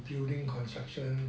building construction